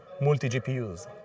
multi-GPUs